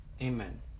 Amen